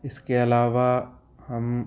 इसके अलावा हम